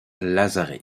lazare